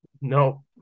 No